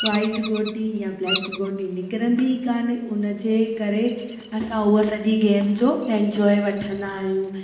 white गोटी या black गोटी निकरंदी ई कान्हे उन जे करे असां उहा सॼी गेम जो इंजोय वठंदा आहियूं